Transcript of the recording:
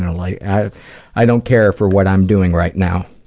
and like i i don't care for what i'm doing right now.